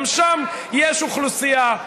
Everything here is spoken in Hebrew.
גם שם יש אוכלוסייה.